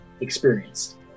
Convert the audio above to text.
Experienced